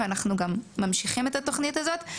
אנחנו גם ממשיכים את התוכנית הזאת.